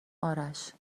آرش